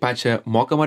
pačią mokamą